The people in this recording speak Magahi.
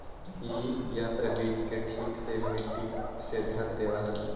इ यन्त्र बीज के ठीक से मट्टी से ढँक देवऽ हई